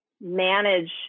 manage